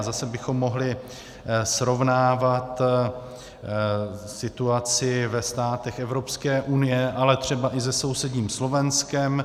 Zase bychom mohli srovnávat situaci ve státech Evropské unie, ale třeba i se sousedním Slovenskem.